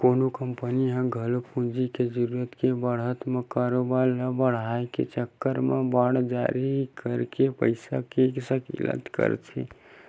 कोनो कंपनी ह घलो पूंजी के जरुरत के पड़त म कारोबार ल बड़हाय के चक्कर म बांड जारी करके पइसा के सकेला करथे